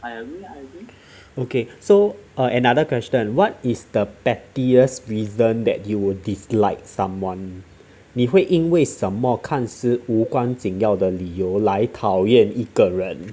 okay so um another question what is the pettiest reason that you would dislike someone 你会因为什么看似无关紧要的理由来讨厌一个人